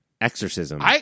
exorcism